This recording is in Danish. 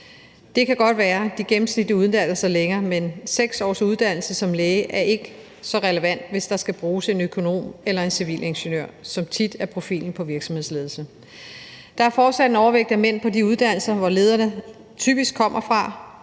Det kan godt være, at den gennemsnitlige uddannelse er længere, men 6 års uddannelse som læge er ikke så relevant, hvis der skal bruges en økonom eller en civilingeniør, som tit er profilen på virksomhedsledelse. Der er fortsat en overvægt af mænd på de uddannelser, hvor lederne typisk kommer fra,